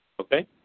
Okay